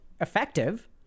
effective